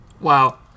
Wow